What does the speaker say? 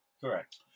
Correct